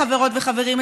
חברות וחברים,